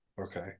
okay